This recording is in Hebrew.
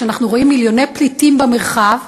ואנחנו רואים מיליוני פליטים במרחב,